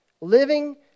Living